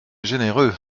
généreux